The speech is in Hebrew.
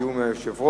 בתיאום עם היושב-ראש.